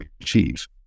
achieve